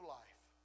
life